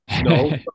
no